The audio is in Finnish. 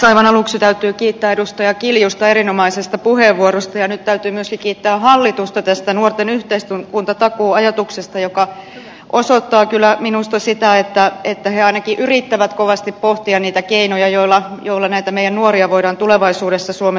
aivan aluksi täytyy kiittää edustaja kiljusta erinomaisesta puheenvuorosta ja nyt täytyy myöskin kiittää hallitusta tästä nuorten yhteiskuntatakuu ajatuksesta joka osoittaa kyllä minusta sitä että he ainakin yrittävät kovasti pohtia niitä keinoja joilla näitä meidän nuoria voidaan tulevaisuudessa suomessa auttaa